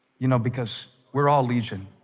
you know because we're all legion